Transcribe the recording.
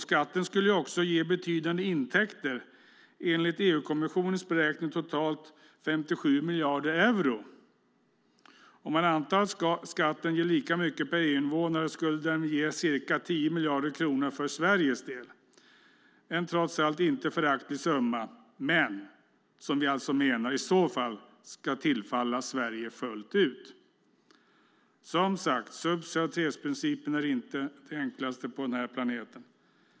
Skatten skulle också ge betydande intäkter - enligt EU-kommissionens beräkningar totalt 57 miljarder euro. Om man antar att skatten ger lika mycket per EU-invånare skulle den ge ca 10 miljarder kronor för Sveriges del. Det är trots allt ingen föraktlig summa som vi alltså menar i så fall ska tillfalla Sverige fullt ut. Som sagt: Subsidiaritetsprincipen är inte det enklaste på den här planeten.